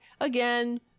Again